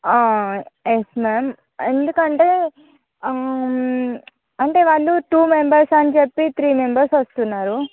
yes ma'am ఎందుకంటే అంటే వాళ్ళు టూ మెంబర్స్ అని చెప్పి త్రీ మెంబర్స్ వస్తున్నారు